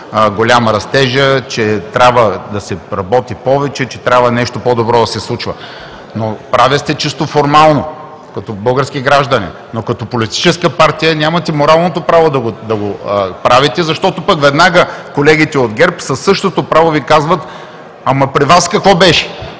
голям растежът, че трябва да се работи повече и трябва нещо по-добро да се случва. Прави сте чисто формално като български граждани, но като политическа партия нямате моралното право да го правите, защото пък веднага колегите от ГЕРБ със същото право Ви казват: „Ама при Вас, какво беше?“.